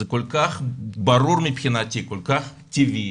זה כל כך ברור מבחינתי, כל כך טבעי,